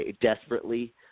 desperately